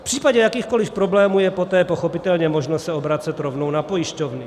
V případě jakýchkoliv problémů je poté pochopitelně možno se obracet rovnou na pojišťovny.